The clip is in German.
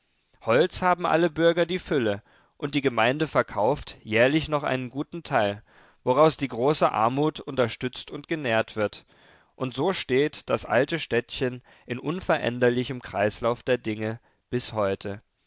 holz haben alle bürger die fülle und die gemeinde verkauft jährlich noch einen guten teil woraus die große armut unterstützt und genährt wird und so steht das alte städtchen in unveränderlichem kreislauf der dinge bis heute